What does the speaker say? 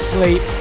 Sleep